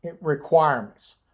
requirements